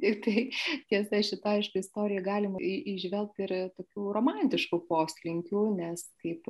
ir tai tiesa šitoj aišku istorijoj galima įžvelgt ir tokių romantiškų poslinkių nes kaip